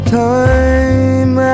time